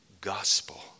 gospel